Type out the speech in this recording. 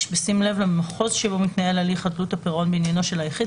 בשים לב למחוז בו מתנהל הליך חדלות הפירעון בעניינו של היחיד.